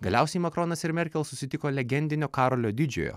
galiausiai makronas ir merkel susitiko legendinio karolio didžiojo